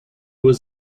was